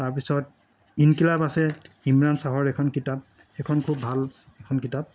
তাৰপাছত ইনকিলাব আছে ইমৰান ছাহৰ এখন কিতাপ সেইখন খুব ভাল এখন কিতাপ